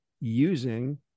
using